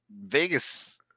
Vegas